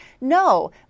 No